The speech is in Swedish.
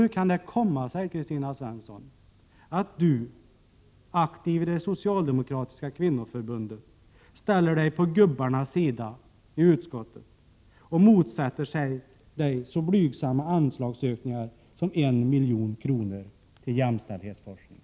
Hur kan det komma sig att Kristina Svensson, aktiv i det socialdemokratiska kvinnoförbundet, ställer sig på gubbarnas sida i utskottet och motsätter sig så blygsamma anslagsökningar som 1 milj.kr. till jämställdhetsforskningen?